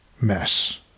mess